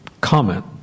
comment